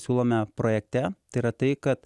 siūlome projekte tai yra tai kad